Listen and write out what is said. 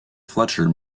fletcher